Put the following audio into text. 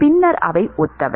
பின்னர் அவை ஒத்தவை